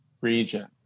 region